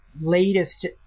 latest